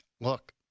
look